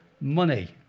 money